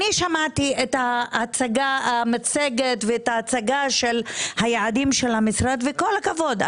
שמעתי את המצגת וההצגה של יעדי המשרד וכל הכבוד.